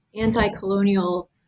anti-colonial